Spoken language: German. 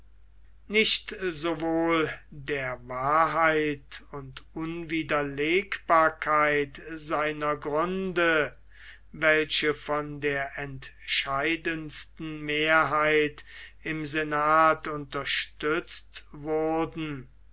nicht sowohl der wahrheit und unwiderlegbarkeit seiner gründe welche von der entscheidendsten mehrheit im senat unterstützt wurden